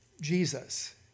Jesus